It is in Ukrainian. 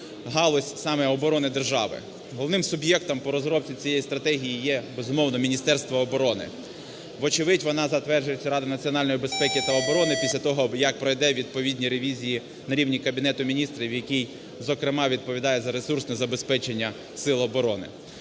галузь саме оборони держави. Головним суб'єктом по розробці цієї стратегії є, безумовно, Міністерство оборони, вочевидь вона затверджується Радою національної безпеки та оборони після того, як пройде відповідні ревізії на рівні Кабінету Міністрів, який, зокрема, відповідає за ресурсне забезпечення сил оборони.